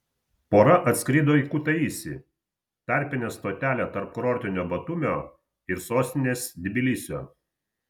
pora atskrido į kutaisį tarpinę stotelę tarp kurortinio batumio ir sostinės tbilisio